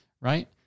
right